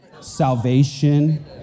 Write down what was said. salvation